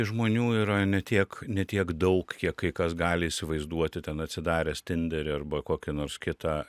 žmonių yra ne tiek ne tiek daug kiek kai kas gali įsivaizduoti ten atsidaręs tinderį arba kokį nors kitą